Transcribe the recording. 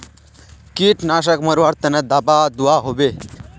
कीटनाशक मरवार तने दाबा दुआहोबे?